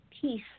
peace